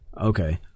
Okay